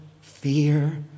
fear